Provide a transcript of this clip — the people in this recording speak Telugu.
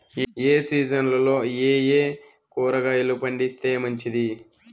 ఏ సీజన్లలో ఏయే కూరగాయలు పండిస్తే మంచిది